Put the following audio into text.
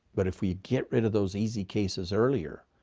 but if we get rid of those easy cases earlier,